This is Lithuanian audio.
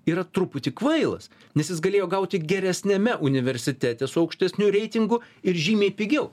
yra truputį kvailas nes jis galėjo gauti geresniame universitete su aukštesniu reitingu ir žymiai pigiau